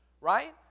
Right